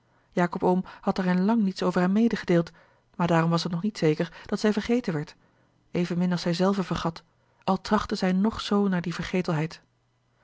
jacob oom had haar in lang niets over hem medegedeeld maar daarom was het nog niet zeker dat zij vergeten werd evenmin als zij zelve vergat al trachtte zij nog zoo naar die